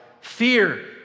Fear